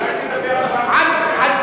אולי תדבר על בנק ישראל.